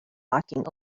locking